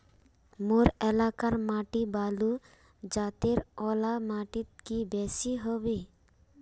मोर एलाकार माटी बालू जतेर ओ ला माटित की बेसी हबे?